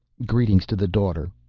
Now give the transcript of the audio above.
greetings to the daughter.